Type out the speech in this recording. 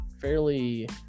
fairly